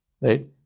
right